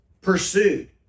pursued